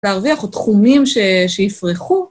להרוויח או תחומים שיפרחו.